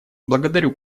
благодарю